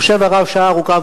חושב הרב שעה ארוכה,